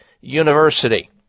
University